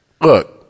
Look